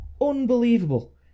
unbelievable